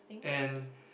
and